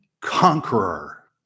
conqueror